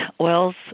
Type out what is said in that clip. oils